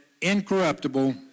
incorruptible